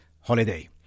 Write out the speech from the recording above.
holiday